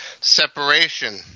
Separation